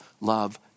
love